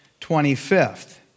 25th